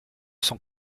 son